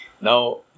Now